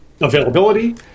availability